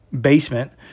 basement